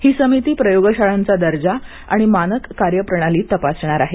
ही समिती प्रयोगशाळांचा दर्जा आणि मानक कार्यप्रणाली तपासणार आहे